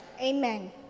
Amen